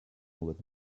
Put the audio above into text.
with